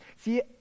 See